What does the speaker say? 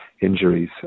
injuries